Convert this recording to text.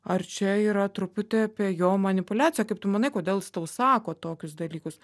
ar čia yra truputį apie jo manipuliaciją kaip tu manai kodėl jis tau sako tokius dalykus